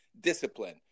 discipline